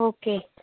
okay